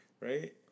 right